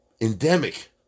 endemic